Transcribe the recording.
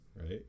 Right